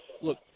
Look